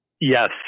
Yes